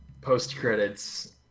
post-credits